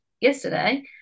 yesterday